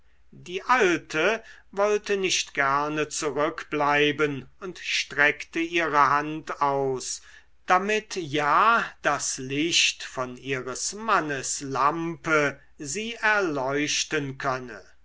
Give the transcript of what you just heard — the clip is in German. die alte wollte nicht gerne zurückbleiben und streckte ihre hand aus damit ja das licht von ihres mannes lampe sie erleuchten könne